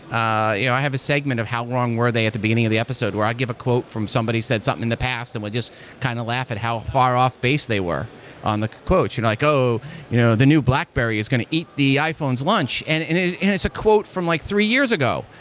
i you know i have a segment of how wrong were they at the beginning of the episode, where i give a quote from somebody said something in the past and would just kind of laugh at how far off base they were on the quote. you know like, oh, you know the new blackberry is going to eat the iphone's launch. and and it's a quote from like three years ago.